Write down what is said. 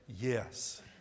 yes